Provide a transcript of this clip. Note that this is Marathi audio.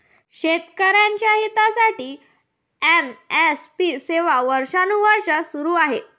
शेतकऱ्यांच्या हितासाठी एम.एस.पी सेवा वर्षानुवर्षे सुरू आहे